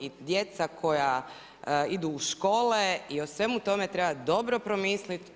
I djeca koja idu u škole i o svemu tome treba dobro promislit.